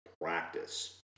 practice